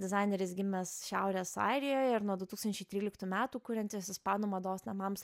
dizaineris gimęs šiaurės airijoje ir nuo du tūkstančiai tryliktų metų kuriantis ispanų mados namams